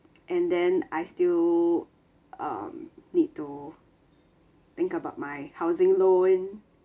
and then I still um need to think about my housing loan